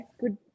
good